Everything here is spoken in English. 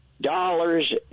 dollars